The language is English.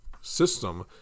system